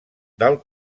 del